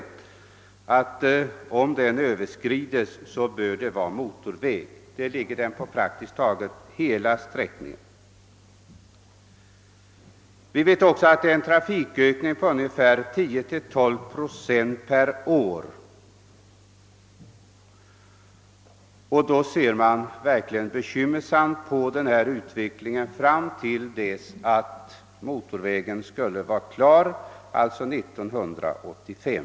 Trafikintensiteten överskrider denna gräns på praktiskt taget hela sträckan. Vi vet också att trafikökningen uppgår till 10 —12 procent per år. Då har man verkligen anledning att se med bekymmer på utvecklingen fram till den dag när motorvägen skall vara klar, d. v. s. 1985.